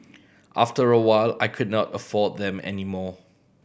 after a while I could not afford them any more